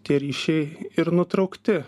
tie ryšiai ir nutraukti